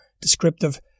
descriptive